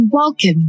Welcome